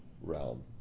realm